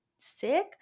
sick